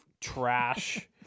trash